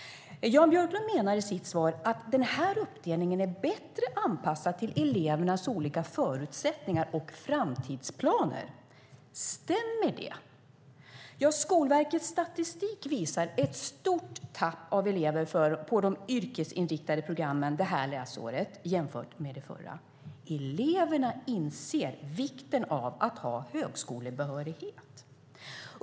Jan Björklund menar i sitt svar att den här uppdelningen är bättre anpassad till elevernas olika förutsättningar och framtidsplaner. Stämmer det? Skolverkets statistik visar ett stort tapp av elever på de yrkesinriktade programmen det här läsåret jämfört med det förra. Eleverna inser vikten av att ha högskolebehörighet.